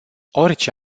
orice